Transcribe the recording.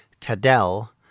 Cadell